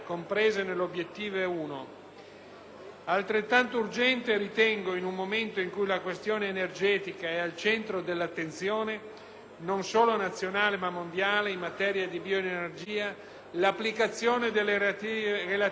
Altrettanto urgente ritengo - in un momento in cui la questione energetica è al centro dell'attenzione non solo nazionale ma mondiale, in materia di bioenergia l'applicazione delle relative norme di attuazione.